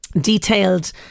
detailed